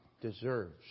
deserves